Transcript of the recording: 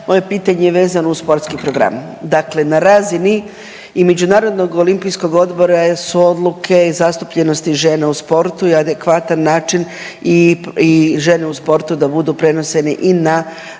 Moje pitanje je vezano uz Sportski program, dakle na razini i Međunarodnog olimpijskog odbora su odluke i zastupljenosti žena u sportu i adekvatan način i žene u sportu da budu prenosene i na